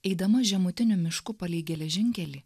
eidama žemutinių mišku palei geležinkelį